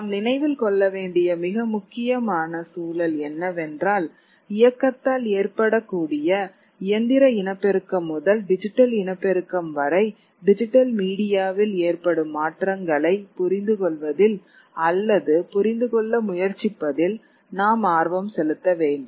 நாம் நினைவில் கொள்ள வேண்டிய மிக முக்கியமான சூழல் என்னவென்றால் இயக்கத்தால் ஏற்படக்கூடிய இயந்திர இனப்பெருக்கம் முதல் டிஜிட்டல் இனப்பெருக்கம் வரை டிஜிட்டல் மீடியாவில் ஏற்படும் மாற்றங்களை புரிந்துகொள்வதில் அல்லது புரிந்துகொள்ள முயற்சிப்பதில் நாம் ஆர்வம் செலுத்த வேண்டும்